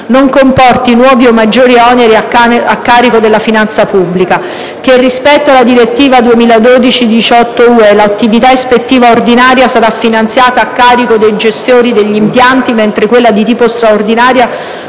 non comporti nuovi o maggiori oneri a carico della finanza pubblica; - che, rispetto alla direttiva 2012/18/UE, l'attività ispettiva ordinaria sarà finanziata a carico dei gestori degli impianti, mentre quella di tipo straordinario